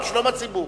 על שלום הציבור,